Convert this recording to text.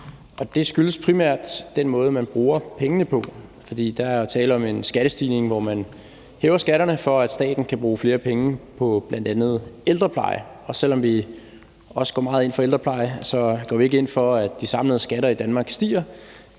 det skyldes primært den måde, man bruger pengene på. For der er jo tale om en skattestigning, hvor man hæver skatterne, for at staten kan bruge flere penge på bl.a. ældrepleje, og selv om vi også går meget ind for ældrepleje, går vi ikke ind for, at de samlede skatter i Danmark stiger.